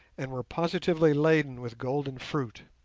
and were positively laden with golden fruit.